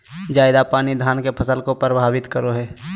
ज्यादा पानी धान के फसल के परभावित करो है?